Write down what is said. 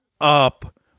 up